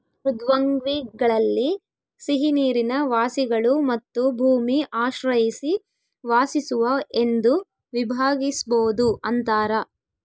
ಮೃದ್ವಂಗ್ವಿಗಳಲ್ಲಿ ಸಿಹಿನೀರಿನ ವಾಸಿಗಳು ಮತ್ತು ಭೂಮಿ ಆಶ್ರಯಿಸಿ ವಾಸಿಸುವ ಎಂದು ವಿಭಾಗಿಸ್ಬೋದು ಅಂತಾರ